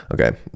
Okay